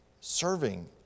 Serving